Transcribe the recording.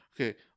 Okay